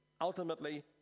ultimately